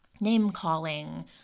name-calling